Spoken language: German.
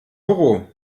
büro